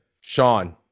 Sean